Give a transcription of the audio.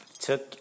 Took